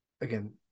again